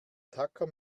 tacker